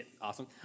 awesome